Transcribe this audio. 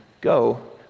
go